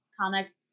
Comic